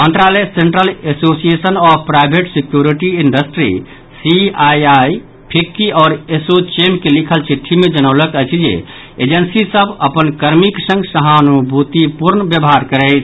मंत्रालय Central Association of Private Security Industry CII FICCI आओर ASSOCHAM के लिखल चिट्ठी मे जनौलक अछि जे एजेंसी सभ अपन कर्मीक संग सहानुभूतिपूर्ण व्यवहार करैथ